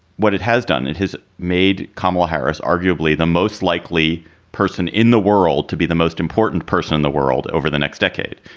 what it has done, it has made kamala harris arguably the most likely person in the world to be the most important person in the world over the next decade.